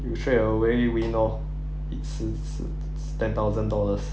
you straight away win orh 一次是 ten thousand dollars